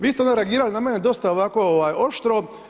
Vi ste onda reagirali na mene dosta ovako oštro.